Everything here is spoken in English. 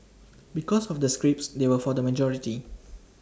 because of the scripts they were for the majority